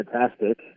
fantastic